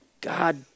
God